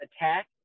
attack